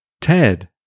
Ted-